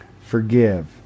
Forgive